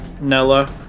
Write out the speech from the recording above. Nella